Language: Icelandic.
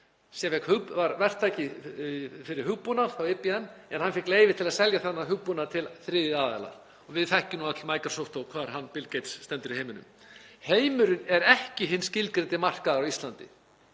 sem var verktaki fyrir hugbúnað hjá IBM, hann fékk leyfi til að selja þennan hugbúnað til þriðja aðila og við þekkjum öll Microsoft og hvar hann Bill Gates stendur í heiminum. Heimurinn er ekki hinn skilgreindi markaður á Íslandi.